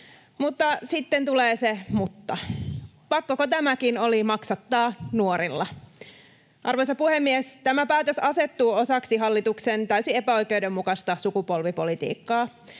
Mutta sitten tulee se mutta: pakkoko tämäkin oli maksattaa nuorilla? Arvoisa puhemies! Tämä päätös asettuu osaksi hallituksen täysin epäoikeudenmukaista sukupolvipolitiikkaa.